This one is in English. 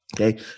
Okay